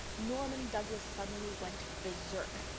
norman douglas suddenly went berserk.